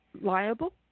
Liable